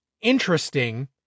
interesting